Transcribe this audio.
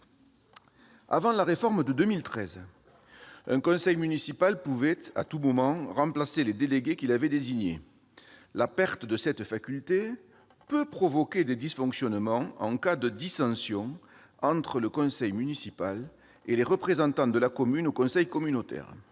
Avant la réforme de 2013, un conseil municipal pouvait, à tout moment, remplacer les délégués qu'il avait désignés. La perte de cette possibilité peut provoquer des dysfonctionnements en cas de dissensions entre le conseil municipal et les représentants de la commune au conseil communautaire.